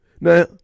Now